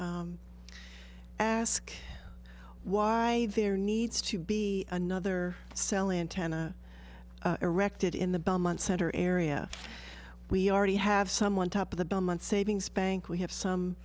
ask why there needs to be another cell antenna erected in the belmont center area we already have someone top of the belmont savings bank we have some